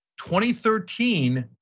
2013